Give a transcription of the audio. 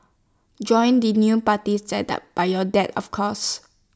join the new party set up by your dad of course